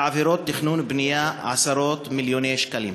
עבירות תכנון ובנייה של עשרות-מיליוני שקלים.